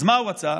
אז מה הוא רצה?